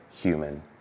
human